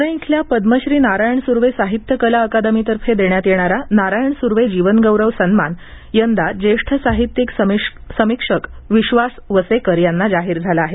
पुणे इथल्या पद्मश्री नारायण सुर्वे साहित्य कला अकादमीतर्फे देण्यात येणारा नारायण सुर्वे जीवनगौरव सन्मान यंदा ज्येष्ठ साहित्यिक समीक्षक विश्वास वसेकर यांना जाहीर झाला आहे